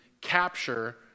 capture